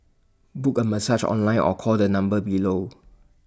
book A massage online or call the number below